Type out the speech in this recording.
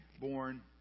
born